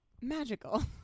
Magical